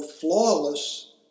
flawless